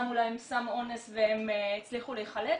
ששמו להן סם אונס והן הצליחו להיחלץ.